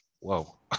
whoa